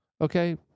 okay